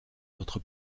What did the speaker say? votre